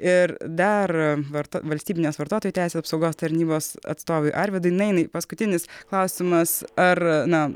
ir dar var valstybinės vartotojų teisių apsaugos tarnybos atstovui arvydui nainai paskutinis klausimas ar na